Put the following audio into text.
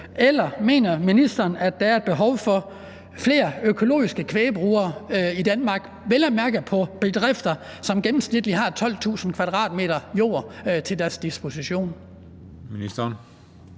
Eller mener ministeren, der er et behov for flere økologiske kvægbrugere i Danmark, vel at mærke på bedrifter, som gennemsnitligt har 12.000 m² jord til deres disposition? Kl.